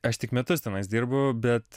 aš tik metus tenais dirbu bet